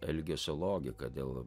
elgesio logika dėl